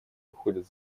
выходят